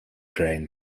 drain